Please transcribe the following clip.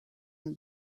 and